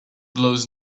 blows